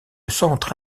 centre